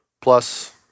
plus